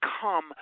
come